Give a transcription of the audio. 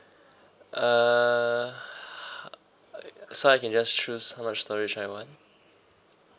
uh so I can just choose how much storage I want